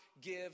give